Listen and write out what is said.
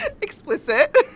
explicit